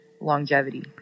longevity